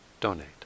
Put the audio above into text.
donate